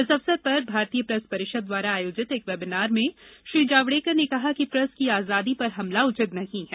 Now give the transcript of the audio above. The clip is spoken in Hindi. इस अवसर पर भारतीय प्रेस परिषद द्वारा आयोजित एक वेबिनार में श्री जावडेकर ने कहा कि प्रेस की आजादी पर हमला उचित नहीं है